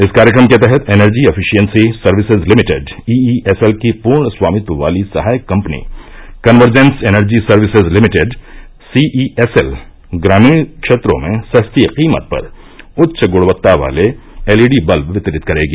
इस कार्यक्रम के तहत energy efficiency services limited E E S L की पूर्ण स्वामित्व वाली सहायक company convergence energy services limited C E S L ग्रामीण क्षेत्रों में सस्ती कीमत पर उच्च गुणवत्ता वाले एलईडी वल्ब वितरित करेगी